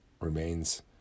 remains